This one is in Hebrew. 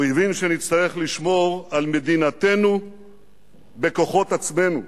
הוא הבין שנצטרך לשמור על מדינתנו בכוחות עצמנו.